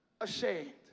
ashamed